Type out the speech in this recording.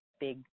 big